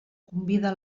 convida